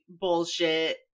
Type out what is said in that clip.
bullshit